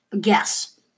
guess